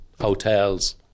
hotels